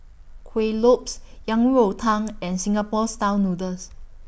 Kueh Lopes Yang Rou Tang and Singapore Style Noodles